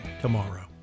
tomorrow